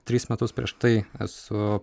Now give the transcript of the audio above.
tris metus prieš tai esu